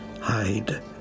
hide